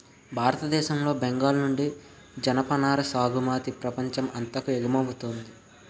భారతదేశం లో బెంగాల్ నుండి జనపనార సాగుమతి ప్రపంచం అంతాకు ఎగువమౌతుంది